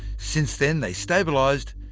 since then they stabilized,